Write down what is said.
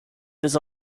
this